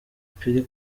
pili